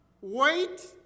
wait